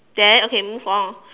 then okay move on